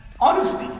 honesty